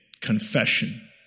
confession